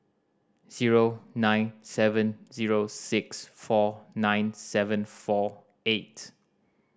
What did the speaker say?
zero nine seven zero six four nine seven four eight